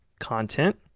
content